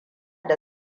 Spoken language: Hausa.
da